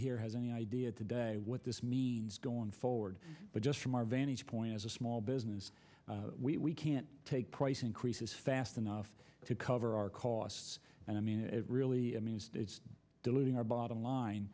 here has any idea today what this means going forward but just from our vantage point as a small business we can't take price increases fast enough to cover our costs and i mean it really i mean it's diluting our bottom line